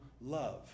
love